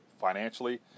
financially